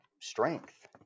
strength